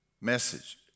message